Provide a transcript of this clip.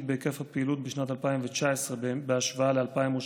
בהיקף הפעילות בשנת 2019 בהשוואה ל-2018.